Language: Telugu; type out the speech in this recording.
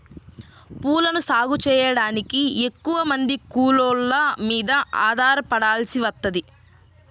పూలను సాగు చెయ్యడానికి ఎక్కువమంది కూలోళ్ళ మీద ఆధారపడాల్సి వత్తది